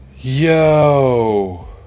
Yo